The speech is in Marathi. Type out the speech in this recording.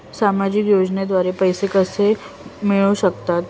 सामाजिक योजनेद्वारे पैसे कसे मिळू शकतात?